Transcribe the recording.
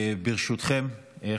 נאומים בני דקה.